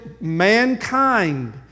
mankind